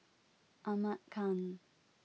Ahmad Khan